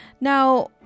now